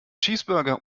cheeseburger